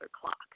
clock